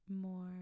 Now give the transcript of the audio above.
more